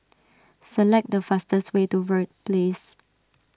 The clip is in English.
select the fastest way to Verde Place